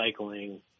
recycling